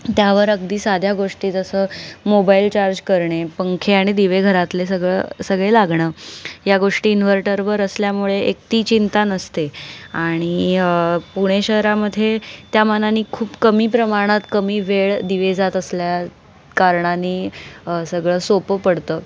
त्यावर अगदी साध्या गोष्टी जसं मोबाईल चार्ज करणे पंखे आणि दिवे घरातले सगळं सगळे लागणं या गोष्टी इन्व्हर्टरवर असल्यामुळे एक ती चिंता नसते आणि पुणे शहरामध्ये त्या मानाने खूप कमी प्रमाणात कमी वेळ दिवे जात असल्याकारणाने सगळं सोपं पडतं